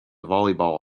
volleyball